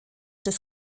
des